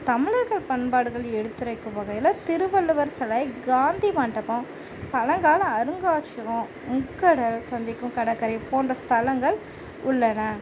தமிழர்கள் பண்பாடுகள் எடுத்துரைக்கும் வகையில் திருவள்ளுவர் சிலை காந்தி மண்டபம் பழங்கால அருங்காட்சியகம் முக்கடல் சந்திக்கும் கடற்கரை போன்ற ஸ்தலங்கள் உள்ளன